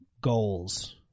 goals